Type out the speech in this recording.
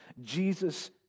Jesus